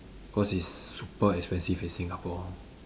cause it's super expensive in singapore